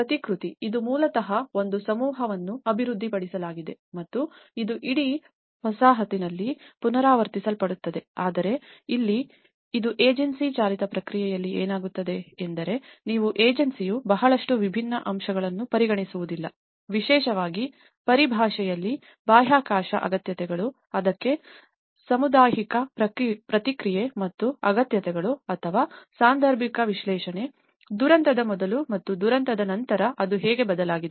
ಪ್ರತಿಕೃತಿ ಇದು ಮೂಲತಃ ಒಂದು ಸಮೂಹ ಅನ್ನು ಅಭಿವೃದ್ಧಿಪಡಿಸಲಾಗಿದೆ ಮತ್ತು ಅದು ಇಡೀ ವಸಾಹತಿನಲ್ಲಿ ಪುನರಾವರ್ತಿಸಲ್ಪಡುತ್ತದೆ ಆದರೆ ಇಲ್ಲಿ ಮತ್ತು ಇದು ಏಜೆನ್ಸಿ ಚಾಲಿತ ಪ್ರಕ್ರಿಯೆಯಲ್ಲಿ ಏನಾಗುತ್ತದೆ ಎಂದರೆ ನೀವು ಏಜೆನ್ಸಿಯು ಬಹಳಷ್ಟು ವಿಭಿನ್ನ ಅಂಶಗಳನ್ನು ಪರಿಗಣಿಸುವುದಿಲ್ಲ ವಿಶೇಷವಾಗಿ ಪರಿಭಾಷೆಯಲ್ಲಿ ಬಾಹ್ಯಾಕಾಶ ಅಗತ್ಯತೆಗಳು ಅದಕ್ಕೆ ಸಾಮುದಾಯಿಕ ಪ್ರತಿಕ್ರಿಯೆ ಮತ್ತು ಅಗತ್ಯತೆಗಳು ಅಥವಾ ಸಾಂದರ್ಭಿಕ ವಿಶ್ಲೇಷಣೆ ದುರಂತದ ಮೊದಲು ಮತ್ತು ದುರಂತದ ನಂತರ ಅದು ಹೇಗೆ ಬದಲಾಗಿದೆ